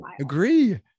agree